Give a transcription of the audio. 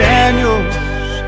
Daniels